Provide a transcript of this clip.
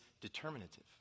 determinative